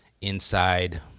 inside